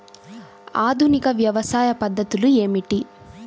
ఆధునిక వ్యవసాయ పద్ధతులు ఏమిటి?